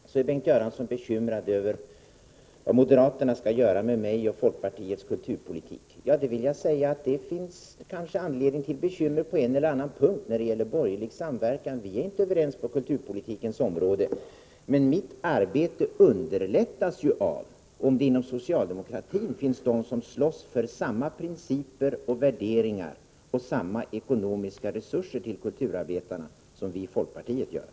Bengt Göransson är bekymrad över vad moderaterna skall göra med mig och folkpartiets kulturpolitik. Det finns kanske anledning till bekymmer på en eller annan punkt när det gäller borgerlig samverkan — vi är inte överens på kulturpolitikens område. Men arbetet för kulturen underlättas, om det inom socialdemokratin finns de som slåss för samma principer och värderingar och samma ekonomiska resurser till kulturarbetarna som vi i folkpartiet gör.